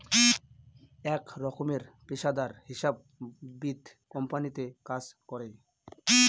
এক রকমের পেশাদার হিসাববিদ কোম্পানিতে কাজ করে